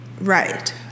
Right